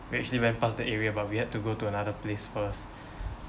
we actually went past the area but we had to go to another place first